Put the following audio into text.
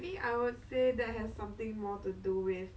they want to this like I think it's the fake goods market